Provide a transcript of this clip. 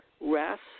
rest